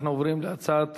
אנחנו עוברים להצעת